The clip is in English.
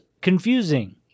confusing